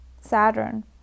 saturn